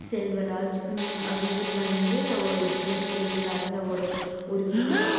செல்வராஜ் இவரு வந்து D M K சார்ந்த ஒரு உறுப்பினர்